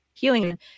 healing